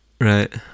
Right